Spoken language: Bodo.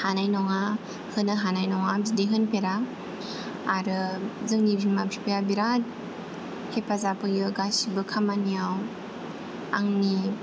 हानाय नङा होनो हानाय नङा बिदि होनफेरा आरो जोंनि बिमा बिफाया बिरात हेफाजाब होयो गासिबो खामानियाव आंनि